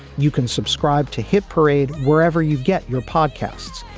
you can subscribe to hit parade wherever you get your podcasts.